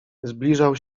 zbliżał